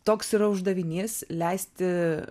toks yra uždavinys leisti